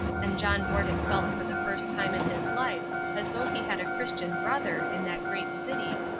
and john warden felt for the first time in his life as though he had a christian brother in that great city,